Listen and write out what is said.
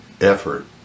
effort